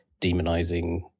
demonizing